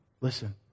Listen